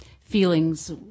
feelings